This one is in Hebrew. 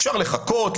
אפשר לחכות,